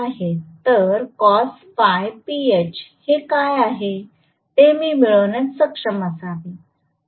तर हे काय आहे ते मी मिळविण्यात सक्षम असावे